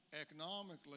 economically